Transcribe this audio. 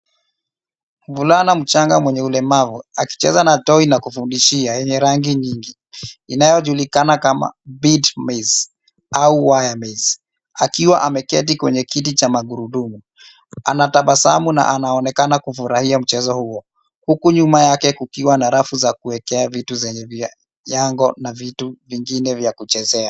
Mvulana mchanga mwenye ulemavu akicheza na toy ya kufundishia yenye rangi nyingi, inayojulikana kama bead maze au waya maze , akiwa ameketi kwenye kiti cha magurudumu. Anatabasamu na anaonekana kufurahia mchezo huo, huku nyuma yake kukiwa na rafu za kuekea vitu zenye viwango na vitu vingine vya kuchezea.